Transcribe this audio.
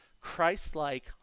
Christ-like